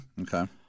okay